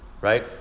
right